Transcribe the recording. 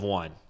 one